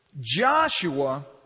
Joshua